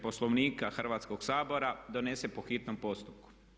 Poslovnika Hrvatskog sabora donese po hitnom postupku.